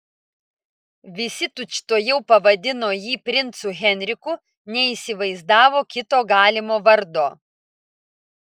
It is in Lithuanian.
visi tučtuojau pavadino jį princu henriku neįsivaizdavo kito galimo vardo